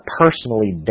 personally